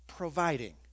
Providing